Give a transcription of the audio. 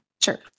Sure